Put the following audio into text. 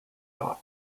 not